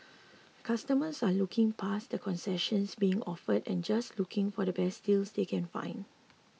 customers are looking past the concessions being offered and just looking for the best deals they can find